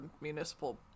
municipal